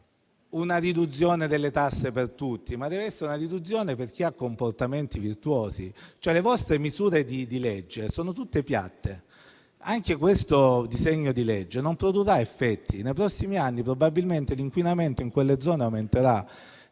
una riduzione delle tasse deve essere non per tutti, ma solo per chi ha comportamenti virtuosi. Le vostre norme di legge sono tutte piatte e anche questo disegno di legge non produrrà effetti nei prossimi anni. Probabilmente l'inquinamento in quelle zone aumenterà,